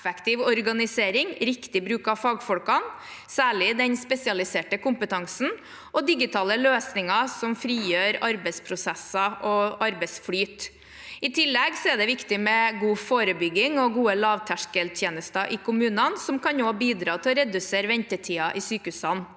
effektiv organisering, riktig bruk av fagfolkene, særlig den spesialiserte kompetansen, og digitale løsninger som frigjør arbeidsprosesser og gir arbeidsflyt. I tillegg er det viktig med god forebygging og gode lavterskeltjenester i kommunene, som også kan bidra til å redusere ventetidene i sykehusene.